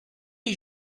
les